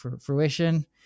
fruition